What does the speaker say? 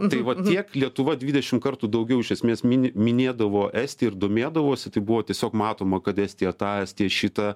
tai vat tiek lietuva dvidešim kartų daugiau iš esmės minė minėdavo estiją ir domėdavosi tai buvo tiesiog matoma kad estija tą estija šita